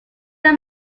are